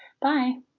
Bye